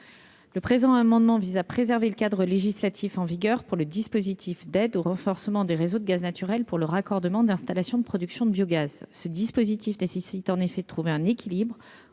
de biogaz. Il tend à préserver le cadre législatif en vigueur pour le dispositif d'aide au renforcement des réseaux de gaz naturel pour le raccordement d'installations de production de biogaz. Un tel dispositif nécessite en effet de trouver un équilibre